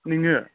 नोङो